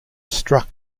struck